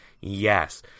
yes